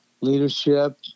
leadership